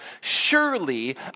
surely